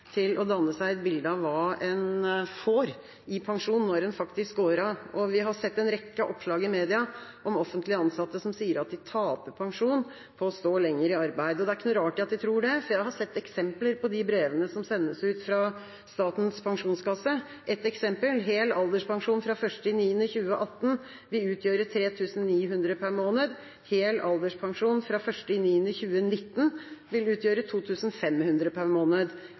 til å danne seg et bilde av hva de får i pensjon når de faktisk går av. Vi har sett en rekke oppslag i media om offentlig ansatte som sier at de taper pensjon på å stå lenger i arbeid. Og det er ikke rart de tror det, for jeg har sett eksempler på de brevene som sendes ut fra Statens pensjonskasse. Ett eksempel: «Hel alderspensjon fra 1. september 2018 vil utgjøre 3 900 kr per måned, hel alderpensjon fra 1. september 2019 vil utgjøre 2 500 kr per måned.»